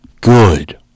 good